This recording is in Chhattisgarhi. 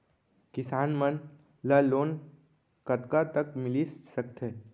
किसान मन ला लोन कतका तक मिलिस सकथे?